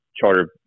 charter